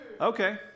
Okay